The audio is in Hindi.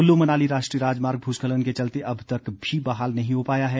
कुल्लू मनाली राष्ट्रीय राजमार्ग भूस्खलन के चलते अब तक भी बहाल नहीं हो पाया है